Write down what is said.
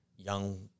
young